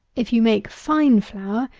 if you make fine flour,